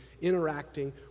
interacting